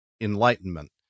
enlightenment